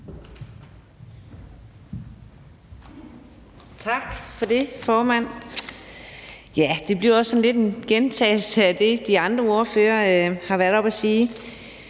Tak for det, formand. Det bliver lidt en gentagelse af det, de andre ordførere har været oppe at sige.